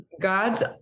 God's